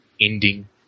ending